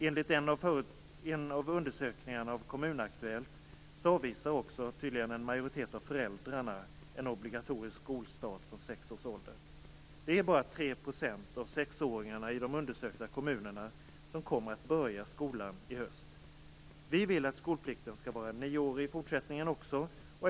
Enligt en undersökning gjord av Kommun Aktuellt avvisar tydligen också en majoritet av föräldrarna obligatorisk skolstart vid sex års ålder. Det är bara 3 % av sexåringarna i undersökta kommuner som kommer att börja skolan i höst. Vi vill att skolplikten också i fortsättningen skall vara nioårig.